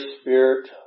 spirit